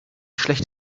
schlecht